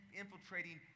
infiltrating